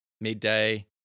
midday